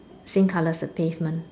same color as the pavement